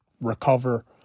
recover